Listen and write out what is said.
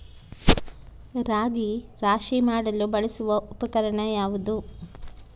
ರಾಗಿ ರಾಶಿ ಮಾಡಲು ಬಳಸುವ ಉಪಕರಣ ಯಾವುದು?